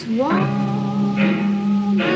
warm